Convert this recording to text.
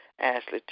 Ashley